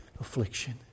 affliction